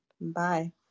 Bye